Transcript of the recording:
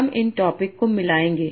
हम इन टॉपिक को मिलाएंगे